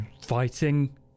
fighting